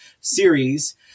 series